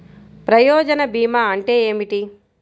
ప్రయోజన భీమా అంటే ఏమిటి?